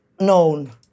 known